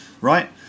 right